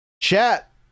Chat